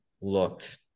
looked